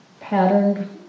patterned